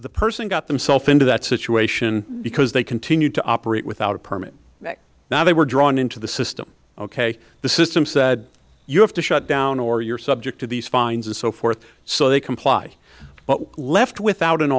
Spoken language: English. the person got themself into that situation because they continued to operate without a permit now they were drawn into the system ok the system said you have to shut down or you're subject to these fines and so forth so they comply but left without an